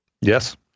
Yes